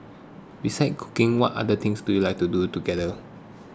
besides cooking what other things do you like to do together